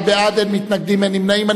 41 בעד, אין מתנגדים, אין נמנעים.